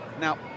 now